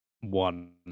one